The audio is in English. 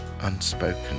unspoken